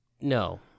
no